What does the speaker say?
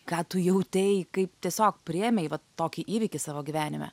ką tu jautei kaip tiesiog priėmei vat tokį įvykį savo gyvenime